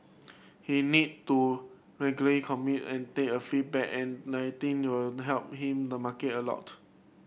he need to regularly communicate and take a feedback and I think will help him the market a lot